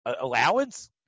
allowance